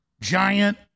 Giant